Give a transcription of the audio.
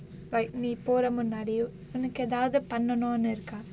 like நீ போர முன்னாடி ஒனக்கு எதாவது பண்ணனுனு இருக்கா:nee pora munnaadi onakku ethaavathu pannanunu irukkaa